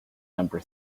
number